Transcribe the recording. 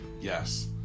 yes